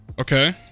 Okay